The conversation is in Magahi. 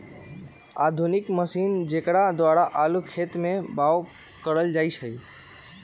आधुनिक मशीन जेकरा द्वारा आलू खेत में बाओ कएल जाए छै